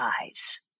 eyes